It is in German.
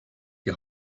die